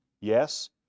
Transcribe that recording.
Yes